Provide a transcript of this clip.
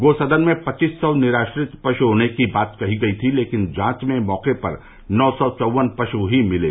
गो सदन में पच्चीस सौ निराश्रित पशु होने की बात कही गयी थी लेकिन जांच में मौके पर नौ सौ चौवन पशु ही मिले